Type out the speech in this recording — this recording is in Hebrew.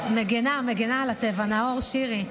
מגינה על הטבע, מגינה, מגינה על הטבע, נאור שירי.